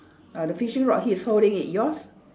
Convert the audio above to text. ah the fishing rod he's holding it yours